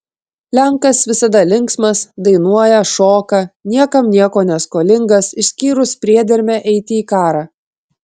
lenkas visada linksmas dainuoja šoka niekam nieko neskolingas išskyrus priedermę eiti į karą